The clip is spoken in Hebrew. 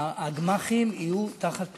הגמ"חים יהיו תחת פיקוח,